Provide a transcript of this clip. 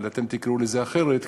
אבל אתם תקראו לזה אחרת,